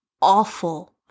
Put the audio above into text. awful